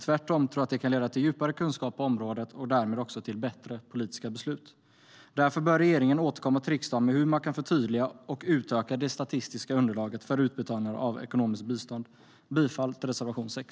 Tvärtom tror jag att det kan leda till djupare kunskap på området och därmed också till bättre politiska beslut. Därför bör regeringen återkomma till riksdagen med hur man kan förtydliga och utöka det statistiska underlaget för utbetalningar av ekonomiskt bistånd. Jag yrkar bifall till reservation 6.